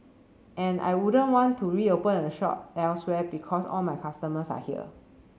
and I wouldn't want to reopen a shop elsewhere because all my customers are here